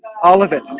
all of it